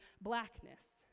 blackness